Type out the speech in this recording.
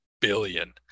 billion